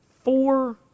four